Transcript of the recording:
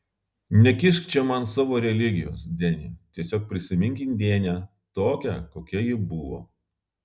nekišk čia man savo religijos deni tiesiog prisimink indėnę tokią kokia ji buvo